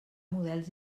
models